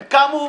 הם קמו,